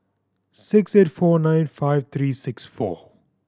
six eight four nine five three six four